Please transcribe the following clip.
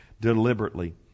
deliberately